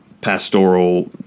pastoral